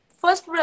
first